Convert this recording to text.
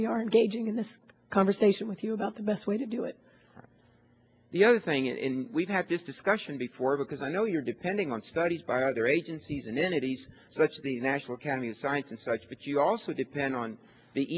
we are engaging in this conversation with you about the best way to do it the other thing is we've had this discussion before because i know you're depending on studies by other agencies and then if he's such the national academy of science and such but you also depend on the